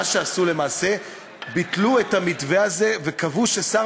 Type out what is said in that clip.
למעשה ביטלו את המתווה הזה וקבעו ששר